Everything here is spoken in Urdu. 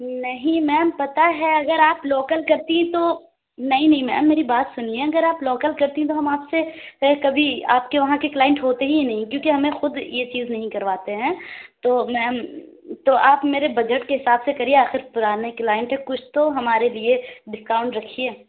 نہیں میم پتہ ہے اگر آپ لوکل کرتی تو نہیں نہیں میم میری بات سُنے اگر آپ لوکل کرتی تو ہم آپ سے کبھی آپ کے وہاں کے کلائنٹ ہوتے ہی نہیں کیونکہ ہمیں خود یہ چیز نہیں کرواتے ہیں تو میم تو آپ میرے بجٹ کے حساب سے کریے آخر پُرانے کلائنٹ ہیں کچھ تو ہمارے لیے ڈسکاؤنٹ رکھیے